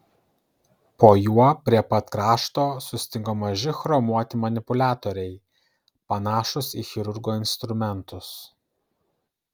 po juo prie pat krašto sustingo maži chromuoti manipuliatoriai panašūs į chirurgo instrumentus